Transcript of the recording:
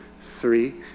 three